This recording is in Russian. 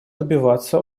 добиваться